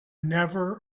never